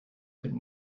could